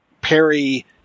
Perry